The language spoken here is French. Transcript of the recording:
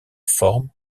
forme